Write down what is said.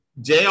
Jr